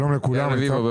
שלום לכולם.